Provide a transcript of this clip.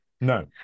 no